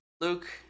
Luke